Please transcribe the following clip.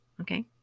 Okay